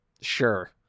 sure